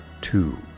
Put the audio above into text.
two